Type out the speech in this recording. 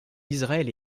israël